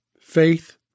faith